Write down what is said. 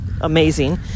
amazing